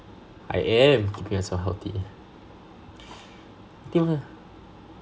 I am keeping myself healthy think what